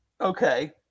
okay